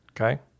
okay